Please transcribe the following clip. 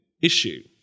issue